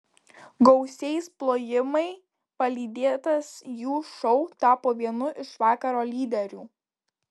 gausiais plojimai palydėtas jų šou tapo vienu iš vakaro lyderių